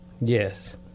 Yes